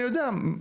אני יודע,